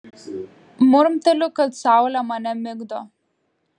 murmteliu kad saulė mane migdo